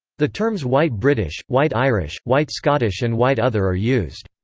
the terms white british, white irish, white scottish and white other are used.